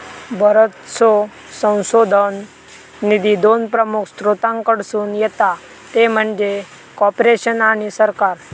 बरोचसो संशोधन निधी दोन प्रमुख स्त्रोतांकडसून येता ते म्हणजे कॉर्पोरेशन आणि सरकार